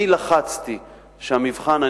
אני לחצתי שהמבחן,